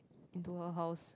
into her house